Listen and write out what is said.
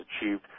achieved